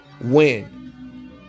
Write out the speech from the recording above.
win